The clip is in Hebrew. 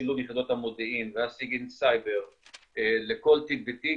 בשילוב יחידות המודיעין והסייבר לכל תיק ותיק